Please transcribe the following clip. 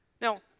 Now